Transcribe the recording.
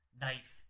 knife